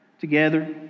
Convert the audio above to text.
together